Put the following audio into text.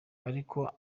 ariko